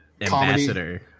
ambassador